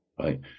right